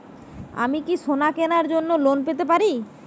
আমি কি সোনা কেনার জন্য লোন পেতে পারি?